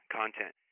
content